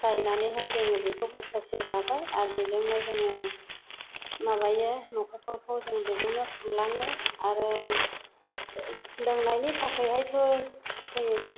गायनानैहाय जोङो बेखौ बोसोरसे जाबाय आरो बेजोंनो जोङो माबायो न'खरफोरखौ जों बेजोंनो खांलाङो आरो लोंनायनि थाखैहायथ' जोङो